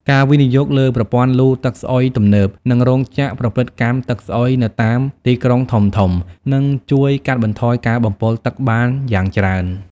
ការវិនិយោគលើប្រព័ន្ធលូទឹកស្អុយទំនើប និងរោងចក្រប្រព្រឹត្តកម្មទឹកស្អុយនៅតាមទីក្រុងធំៗ នឹងជួយកាត់បន្ថយការបំពុលទឹកបានយ៉ាងច្រើន។